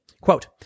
Quote